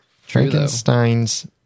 Frankenstein's